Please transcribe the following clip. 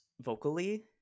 vocally